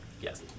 Yes